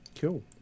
Cool